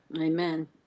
Amen